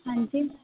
ਹਾਂਜੀ